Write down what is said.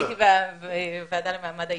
הייתי בוועדה למעמד האישה,